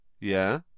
Yeah